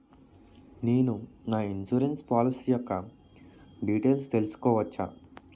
నేను నా insurance policy యెక్క డీటైల్స్ తెల్సుకోవచ్చా?